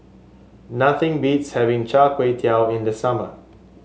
nothing beats having Char Kway Teow in the summer